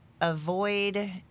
avoid